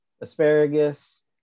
asparagus